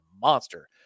monster